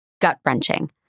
gut-wrenching